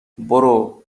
برو